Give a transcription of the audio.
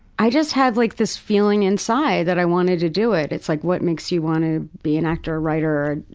i just had like this feeling inside that i wanted to do it. it's like, what makes you want to be an actor, writer,